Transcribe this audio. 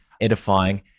edifying